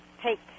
take